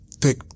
take